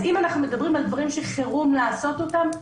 אז אם אנחנו מדברים על דברים שחירום לעשות אותם,